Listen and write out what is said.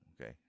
okay